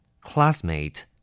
Classmate